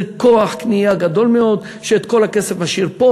זה כוח קנייה גדול מאוד שאת כל הכסף משאיר פה,